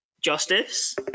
Justice